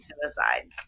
suicide